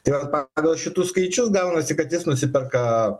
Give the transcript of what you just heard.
tai vat pagal šitus skaičius gaunasi kad jis nusiperka